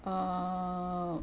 err